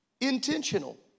intentional